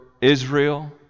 Israel